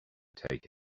take